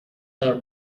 are